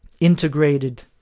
integrated